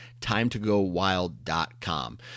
timetogowild.com